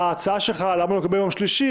ההצעה שלך להעלות ביום שלישי,